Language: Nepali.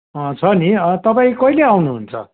अँ छ नि तपाईँ कहिले आउनुहुन्छ